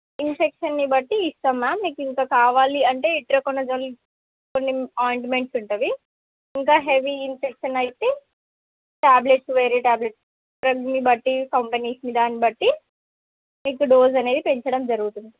ఇన్ఫెక్షన్ని బట్టి ఇస్తాం మ్యాం మీకింకా కావాలి అంటే ఇట్రాకోనజోల్ కొన్ని ఆయింట్మెంట్స్ ఉంటాయి ఇంకా హెవీ ఇన్ఫెక్షన్ అయితే టాబ్లెట్స్ వేరే టాబ్లెట్స్ డ్రగ్ని బట్టి కంపెనీస్ని దాని బట్టి మీకు డోస్ అనేది పెంచడం జరుగుతుంది